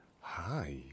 Hi